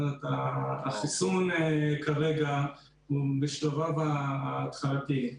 זאת אומרת, החיסון כרגע הוא בשלב ההתחלתי.